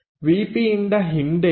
ವಿಪಿಯಿಂದ ಹಿಂದೆ ಇದೆ